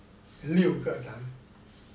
六个男